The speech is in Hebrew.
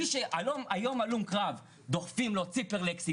מי שהיום הלום קרב דוחפים לו ציפרלקס,